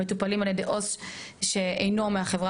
המטופלים על ידי עו״ס שאינו מהחברה